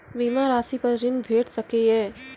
बीमा रासि पर ॠण भेट सकै ये?